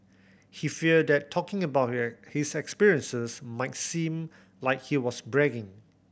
he feared that talking about his experiences might seem like he was bragging